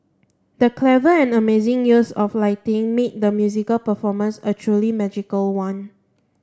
the clever and amazing use of lighting made the musical performance a truly magical one